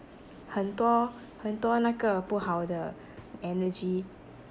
很多很多那个不好的 energy